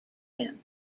him